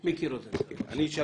אני אשאל